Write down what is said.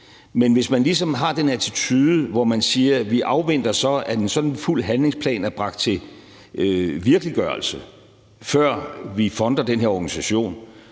Men hvis man ligesom har den attitude, hvor man siger, at vi så afventer, at en sådan fuld handlingsplan er bragt til virkeliggørelse, før vi funder den her organisation,